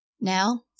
Now